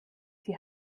die